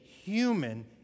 human